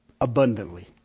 Abundantly